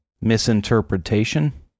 misinterpretation